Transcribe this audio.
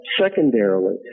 Secondarily